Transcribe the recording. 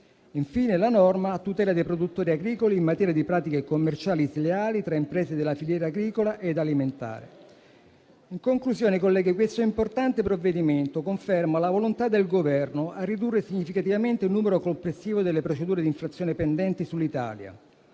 menziono la norma a tutela dei produttori agricoli in materia di pratiche commerciali sleali tra imprese della filiera agricola ed alimentare. In conclusione, colleghi, questo importante provvedimento conferma la volontà del Governo di ridurre significativamente il numero complessivo delle procedure di infrazione pendenti sull'Italia